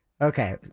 Okay